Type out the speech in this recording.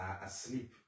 asleep